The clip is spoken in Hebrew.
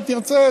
אם תרצה,